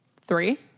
Three